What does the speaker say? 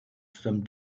some